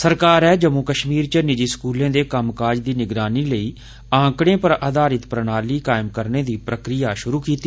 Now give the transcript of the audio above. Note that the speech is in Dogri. सरकारै जम्मू कश्मीर च निजी स्कूलें दे कम्मकाज दी निगरानी लेई आंकड़ें पर आघारित प्रणाली कायम करने दी प्रक्रिया शुरु कीती